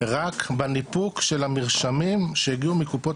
רק בניפוק של המרשמים שהגיעו מקופות